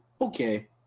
okay